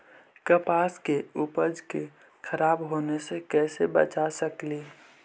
कपास के उपज के खराब होने से कैसे बचा सकेली?